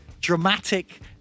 dramatic